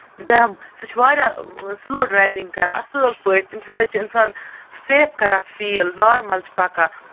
بٮ۪مہٕ سُہ چھُ واریاہ سٔلو ڈرٮ۪وِنگ کران اَصٕٲل پٲٹھۍ تٔمۍ سٔندۍ سۭتۍ چھِ أسۍ اِنسان سٮ۪ف کران فیٖل ورمَل چھُ پَکان